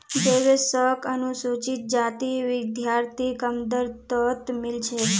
देवेश शोक अनुसूचित जाति विद्यार्थी कम दर तोत मील छे